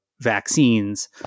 vaccines